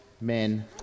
men